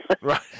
Right